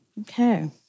Okay